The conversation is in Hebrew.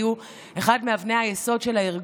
הייתה אחת מאבני היסוד שלו,